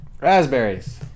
Raspberries